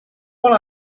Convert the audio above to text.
one